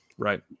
Right